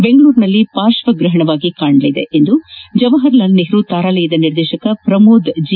ಬೆಂಗಳೂರಿನಲ್ಲಿ ಪಾರ್ಶ್ವ ಗ್ರಹಣವಾಗಿ ಗೋಚರಿಸಲಿದೆ ಎಂದು ಜವಹರಲಾಲ್ ನೆಹರು ತಾರಾಲಯದ ನಿರ್ದೇಶಕ ಪಮೋದ್ ಜಿ